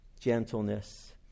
Gentleness